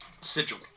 sigil